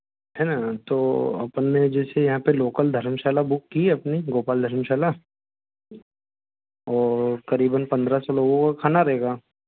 है ना तो अपन ने जैसे यहाँ पर लोकल धर्मशाला बुक की है अपनी गोपाल धर्मशाला और करीबन पन्द्रह सौ लोगों का खाना रहेगा